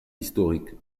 historique